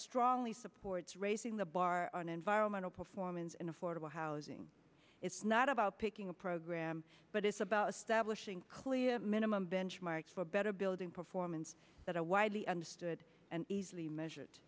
strongly supports raising the bar on environmental performance and affordable housing it's not about picking a program but it's about establishing clear minimum benchmarks for better building performance that are widely understood and easily measured